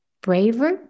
braver